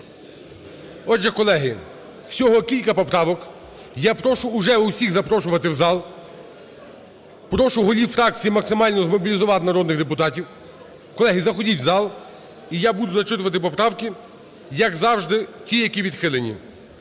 Отже, колеги, всього кілька поправок. Я прошу уже усіх запрошувати в зал. Прошу голів фракцій максимально змобілізувати народних депутатів. Колеги, заходіть в зал, і я буду зачитувати поправки як завжди ті, які відхилені.